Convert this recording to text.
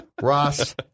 Ross